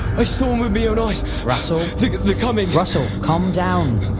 i soon will be your nice russell the comic russell calm down.